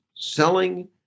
selling